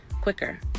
quicker